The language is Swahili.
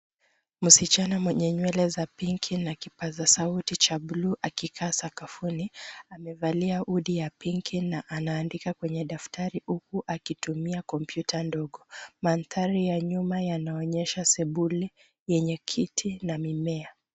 Msichana mwenye nywele za pinki na kipaza sauti cha buluu, akikaa sakafuni, amevalia hoodie ya pinki na anaandika kwenye daftari, huku akitumia kompyuta ndogo. Mandhari ya nyuma yanaonyesha sebule yenye kiti na mimea.